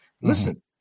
Listen